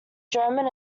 german